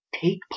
Take